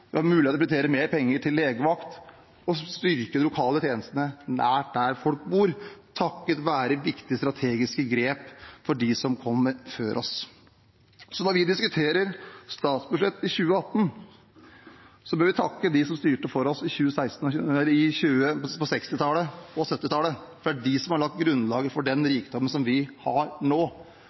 Vi har mulighet til å prioritere mer penger til legevakt og styrke de lokale tjenestene nært der folk bor, takket være viktige strategiske grep fra dem som kom før oss. Så når vi diskuterer statsbudsjettet i 2018, bør vi takke dem som styrte på 1960- og 1970-tallet. Det er dem som har lagt grunnlaget for den rikdommen som vi har nå.